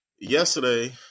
yesterday